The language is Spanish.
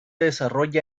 desarrolla